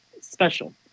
special